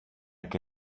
que